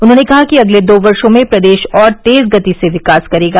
उन्होंने कहा कि अगले दो वर्षो में प्रदेश और तेज गति से विकास करेगा